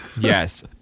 Yes